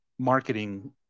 marketing